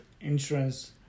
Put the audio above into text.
insurance